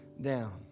down